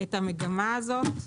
את המגמה הזאת.